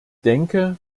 denke